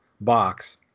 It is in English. box